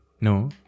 No